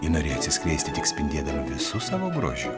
ji norėjo atsiskleisti tik spindėdama visu savo grožiu